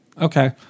Okay